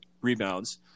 rebounds